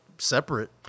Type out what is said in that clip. separate